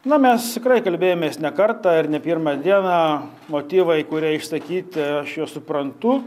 na mes tikrai kalbėjomės ne kartą ar ne pirmą dieną motyvai kurie išsakyti aš juos suprantu